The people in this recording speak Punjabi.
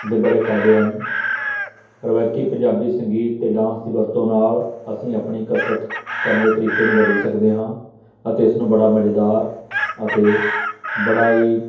ਦੇ ਬੜੇ ਫ਼ਾਇਦੇ ਹਨ ਰਵਾਇਤੀ ਪੰਜਾਬੀ ਸੰਗੀਤ ਅਤੇ ਡਾਂਸ ਦੀ ਵਰਤੋਂ ਨਾਲ ਅਸੀਂ ਆਪਣੀ ਕਸਰਤ ਕਰਨ ਦੇ ਤਰੀਕੇ ਨੂੰ ਬਦਲ ਸਕਦੇ ਹਾਂ ਅਤੇ ਇਸ ਨੂੰ ਬੜਾ ਮਜ਼ੇਦਾਰ ਅਤੇ ਬੜਾ ਹੀ